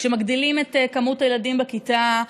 כשמגדילים את מספר הילדים בכיתה,